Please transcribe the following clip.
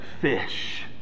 fish